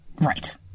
Right